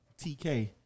TK